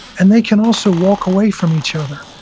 and they can also walk away from each other.